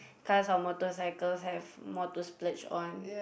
cars or motorcycles have more to splurge on